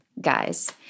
guys